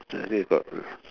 that's why I say got